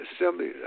assembly